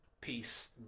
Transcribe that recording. peace